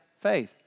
faith